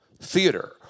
theater